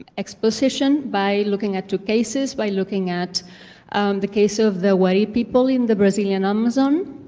exposition by looking at two cases. by looking at the case of the wari people in the brazilian amazon,